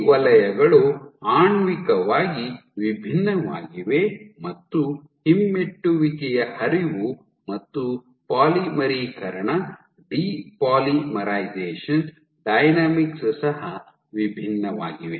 ಈ ವಲಯಗಳು ಆಣ್ವಿಕವಾಗಿ ವಿಭಿನ್ನವಾಗಿವೆ ಮತ್ತು ಹಿಮ್ಮೆಟ್ಟುವಿಕೆಯ ಹರಿವು ಮತ್ತು ಪಾಲಿಮರೀಕರಣ ಡಿ ಪೋಲಿಮರೈಸೇಶನ್ ಡೈನಾಮಿಕ್ಸ್ ಸಹ ವಿಭಿನ್ನವಾಗಿವೆ